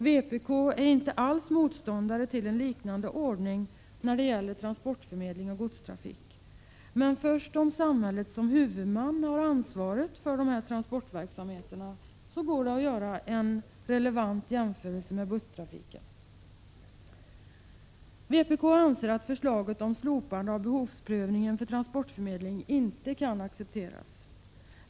Vpk är inte alls motståndare till en liknande ordning då det gäller transportförmedling av godstrafik. Först om samhället som huvudman har ansvaret för dessa = Prot. 1986/87:46 transportverksamheter går det att göra en relevant jämförelse med busstra 10 december 1986 fiken. Vpk anser att förslaget om slopande av behovsprövningen för transportförmedling inte kan accepteras.